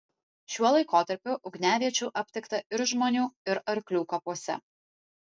šiuo laikotarpiu ugniaviečių aptikta ir žmonių ir arklių kapuose